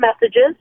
messages